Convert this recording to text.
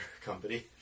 company